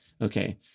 Okay